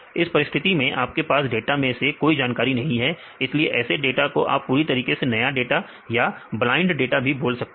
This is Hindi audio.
इस परिस्थिति में आपके पास डाटा में से कोई जानकारी नहीं है इसलिए ऐसे डाटा को आप पूरी तरीके से नया डाटा या ब्लाइंड डाटा भी बोल सकते हैं